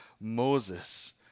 Moses